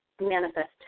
Manifest